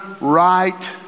right